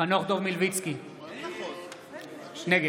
חנוך דב מלביצקי, נגד